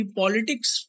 politics